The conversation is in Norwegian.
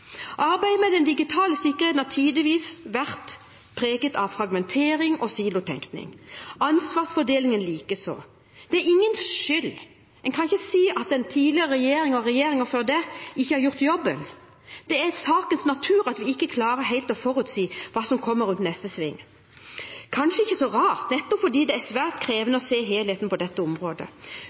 Arbeidet med den digitale sikkerheten har tidvis vært preget av fragmentering og silotenkning, ansvarsfordelingen likeså. Det er ingens skyld – en kan ikke si at den tidligere regjeringen og regjeringer før det ikke har gjort jobben. Det ligger i sakens natur at vi ikke klarer helt å forutsi hva som kommer rundt neste sving. Det er kanskje ikke så rart, nettopp fordi det er svært krevende å se helheten på dette området.